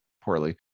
Poorly